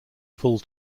full